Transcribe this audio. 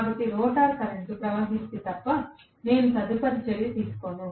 కాబట్టి rotor current ప్రవహిస్తే తప్ప నేను తదుపరి చర్య తీసుకోను